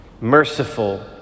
merciful